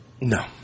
no